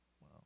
Wow